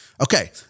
Okay